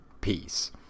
peace